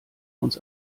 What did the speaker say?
uns